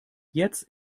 jetzt